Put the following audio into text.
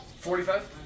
Forty-five